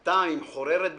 הטעם, היא מחוררת בפנים.